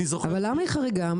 אבל למה היא חריגה?